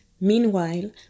Meanwhile